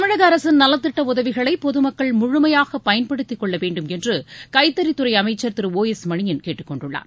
தமிழக அரசின் நலத்திட்ட உதவிகளை பொது மக்கள் முழுமையாக பயன்படுத்திக் கொள்ள வேண்டும் கைத்தறித்துறை அமைச்சர் என்று திரு ஓ எஸ் மணியன் கேட்டுக் கொண்டுள்ளார்